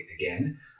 again